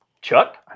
Chuck